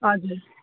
हजुर